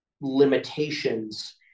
limitations